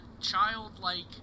childlike